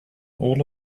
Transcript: all